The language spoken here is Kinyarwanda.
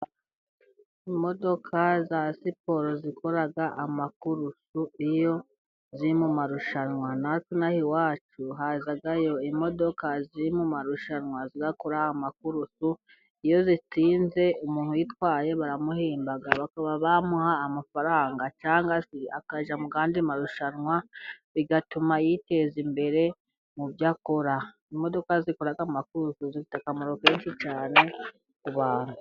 Imodoka za siporo zikora amakurusu iyo ziri mu marushanwa. Natwe inaha iwacu hazayo imodoka ziriri mu marushanwa, zikora amakurusu iyo zitsinze umuntu yitwaye baramuhemba bamuha amafaranga, cyangwa se akajya mu yandi marushanwa, bigatuma yiteza imbere mu byo akora. Imodoka zikora amakurusu zifite akamaro kenshi cyane ku bantu.